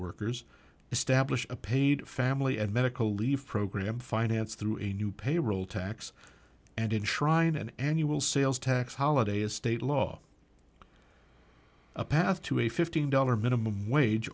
workers establish a paid family and medical leave program financed through a new payroll tax and in shrine an annual sales tax holiday a state law a path to a fifteen dollar minimum wage